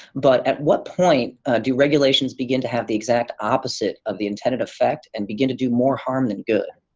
but at what point do regulations begin to have the exact opposite of the intended effect and begin to do more harm than good?